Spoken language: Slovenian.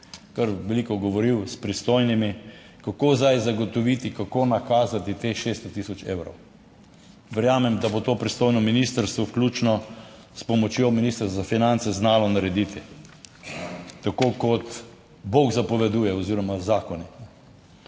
kar veliko govoril s pristojnimi, kako zdaj zagotoviti, kako nakazati teh 600000 evrov. Verjamem, da bo to pristojno ministrstvo, vključno s pomočjo ministrstva za finance, znalo narediti, tako kot bog zapoveduje oziroma zakonik.